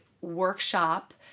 workshop